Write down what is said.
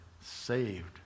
saved